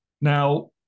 Now